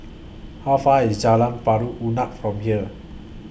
How Far IS Jalan Pari Unak from here